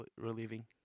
relieving